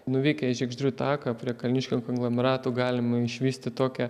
nuvykę į žiegždrių taką prie kalniškių konglomerato galima išvysti tokią